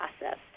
process